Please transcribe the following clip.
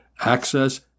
access